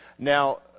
Now